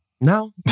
No